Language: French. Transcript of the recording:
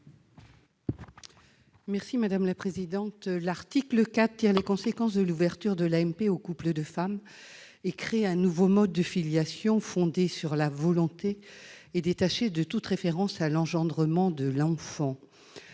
n° 30 rectifié. L'article 4 tire les conséquences de l'ouverture de l'AMP aux couples de femmes et crée un nouveau mode de filiation fondé sur la volonté et détaché de toute référence à l'engendrement de l'enfant.